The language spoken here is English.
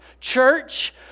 Church